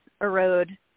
erode